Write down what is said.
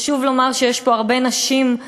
חשוב לומר שיש פה הרבה נשים,